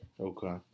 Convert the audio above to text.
Okay